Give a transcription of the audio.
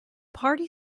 party